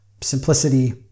simplicity